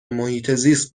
محیطزیست